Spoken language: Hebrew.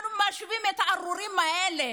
אנחנו משווים את הארורים האלה,